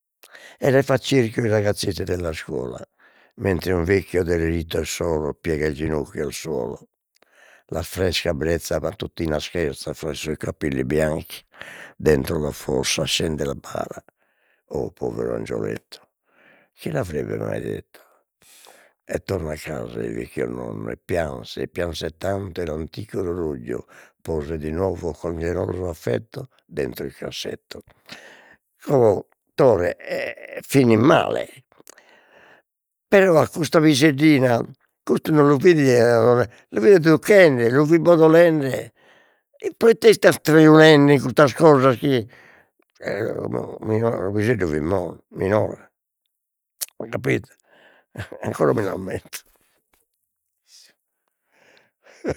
E le fa cerchio i ragazzetti della scuola, mentre un vecchio derelitto e solo piega il ginocchio al suolo, la fresca brezza va tutti verso i capelli bianchi dentro la fossa scende la bara o povero angioletto chi l'avrebbe mai detto e torna a casa il vecchio nonno e pianse e pianse tanto e l'antico orologio pose di nuovo con geloso affetto dentro il cassetto, o Tore e fini male, però a custa piseddina custu non lu fit 'odolende lu fit educhende lu fit proite istat triulende in custas cosas chi su pideddu fit minore ho capito ancora mi l'ammento